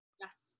Yes